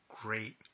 great